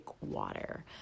water